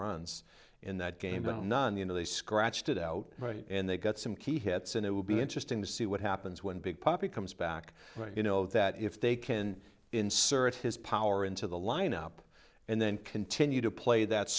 runs in that game but none the into they scratched it out right and they got some key hits and it will be interesting to see what happens when big papi comes back when you know that if they can insert his power into the lineup and then continue to play that